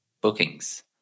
bookings